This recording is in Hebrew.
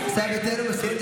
ישראל ביתנו, אתם מסירים את